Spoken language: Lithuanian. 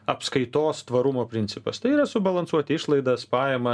apskaitos tvarumo principas tai yra subalansuoti išlaidas pajamas